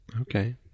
okay